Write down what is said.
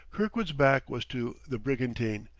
kirkwood's back was to the brigantine,